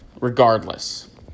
regardless